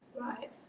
right